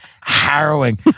harrowing